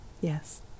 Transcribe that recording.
Yes